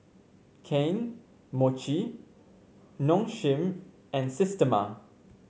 Kane Mochi Nong Shim and Systema